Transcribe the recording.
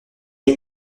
est